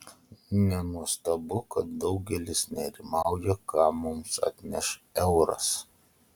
nenuostabu kad daugelis nerimauja ką mums atneš euras